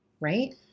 Right